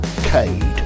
cade